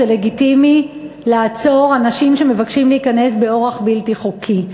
זה לגיטימי לעצור אנשים שמבקשים להיכנס באורח בלתי חוקי,